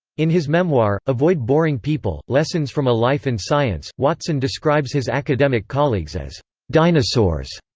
in his memoir, avoid boring people lessons from a life in science, watson describes his academic colleagues as dinosaurs,